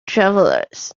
travelers